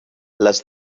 les